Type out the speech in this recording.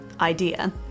idea